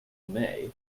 may